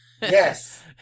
Yes